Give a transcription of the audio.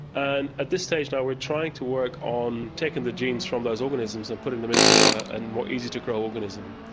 and at this stage now we're trying to work on taking the genes from those organisms and putting them into a and more easy to grow organism.